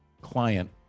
client